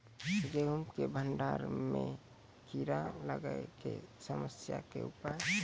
गेहूँ के भंडारण मे कीड़ा लागय के समस्या के उपाय?